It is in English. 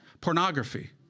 Pornography